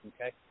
Okay